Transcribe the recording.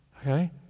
okay